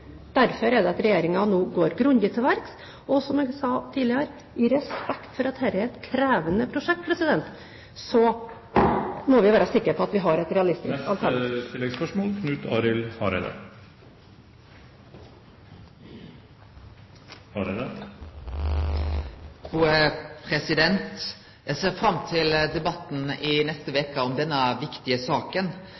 Derfor går nå regjeringen grundig til verks, og som jeg sa tidligere, i respekt for at dette er et krevende prosjekt, må vi være sikker på at vi har et realistisk alternativ. Knut Arild Hareide – til oppfølgingsspørsmål. Eg ser fram til debatten i neste